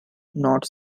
north